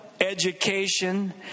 education